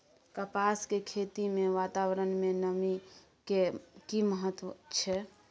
कपास के खेती मे वातावरण में नमी के की महत्व छै?